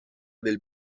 del